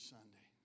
Sunday